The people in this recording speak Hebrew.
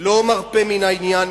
לא מרפה מן העניין,